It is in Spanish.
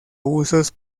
usos